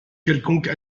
quelconque